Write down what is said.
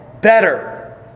better